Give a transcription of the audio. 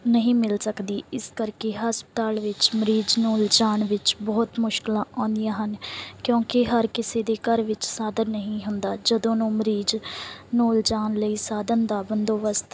ਨਹੀਂ ਮਿਲ ਸਕਦੀ ਇਸ ਕਰਕੇ ਹਸਪਤਾਲ ਵਿੱਚ ਮਰੀਜ਼ ਨੂੰ ਲਿਜਾਣ ਵਿੱਚ ਬਹੁਤ ਮੁਸ਼ਕਲਾਂ ਆਉਂਦੀਆਂ ਹਨ ਕਿਉਂਕਿ ਹਰ ਕਿਸੇ ਦੇ ਘਰ ਵਿੱਚ ਸਾਧਨ ਨਹੀਂ ਹੁੰਦਾ ਜਦੋਂ ਨੂੰ ਮਰੀਜ਼ ਨੂੰ ਲਿਜਾਣ ਲਈ ਸਾਧਨ ਦਾ ਬੰਦੋਬਸਤ